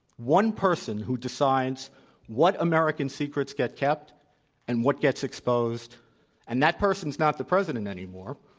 one person who decides what american secrets get kept and what gets exposed and that person's not the president anymore.